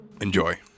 Enjoy